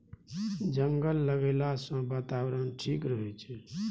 जंगल लगैला सँ बातावरण ठीक रहै छै